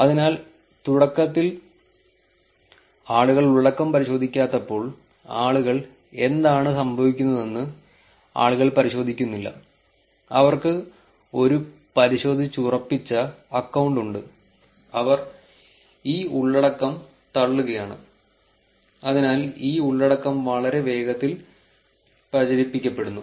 അതിനാൽ തുടക്കത്തിൽ ആളുകൾ ഉള്ളടക്കം പരിശോധിക്കാത്തപ്പോൾ ആളുകൾ എന്താണ് സംഭവിക്കുന്നതെന്ന് ആളുകൾ പരിശോധിക്കുന്നില്ല അവർക്ക് ഒരു പരിശോധിച്ചുറപ്പിച്ച അക്കൌണ്ട് ഉണ്ട് അവർ ഈ ഉള്ളടക്കം തള്ളുകയാണ് അതിനാൽ ഈ ഉള്ളടക്കം വളരെ വേഗത്തിൽ പ്രചരിപ്പിക്കപ്പെടുന്നു